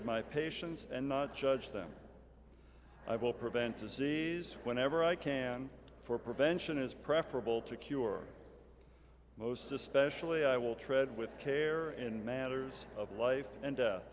of my patients and not judge them i will prevent disease whenever i can for prevention is preferable to cure most especially i will tread with care in matters of life and death